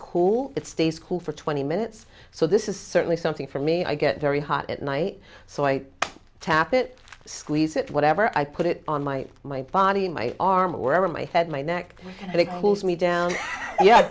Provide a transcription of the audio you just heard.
call it stays cool for twenty minutes so this is certainly something for me i get very hot at night so i tap it squeeze it whatever i put it on my my body in my arm or wherever my head my neck and it pulls me down